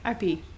ip